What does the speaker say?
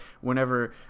Whenever